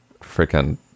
freaking